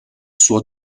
suo